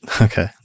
Okay